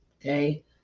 Okay